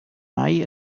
mai